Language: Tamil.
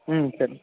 ம் சரி